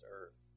earth